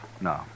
No